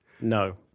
No